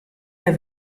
der